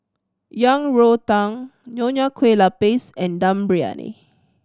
Yang Rou Tang Nonya Kueh Lapis and Dum Briyani